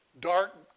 dark